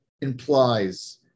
implies